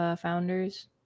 founders